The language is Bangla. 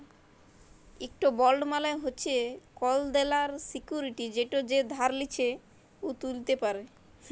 ইকট বল্ড মালে হছে কল দেলার সিক্যুরিটি যেট যে ধার লিছে উ তুলতে পারে